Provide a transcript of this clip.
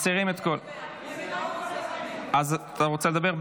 מסירים את כל, אתה רוצה לדבר?